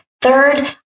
Third